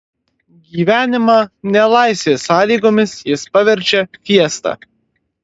gyvenimą nelaisvės sąlygomis jis paverčia fiesta